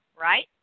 right